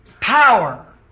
power